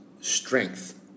strength